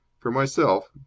for myself,